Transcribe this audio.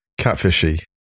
catfishy